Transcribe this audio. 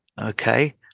okay